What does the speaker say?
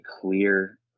clear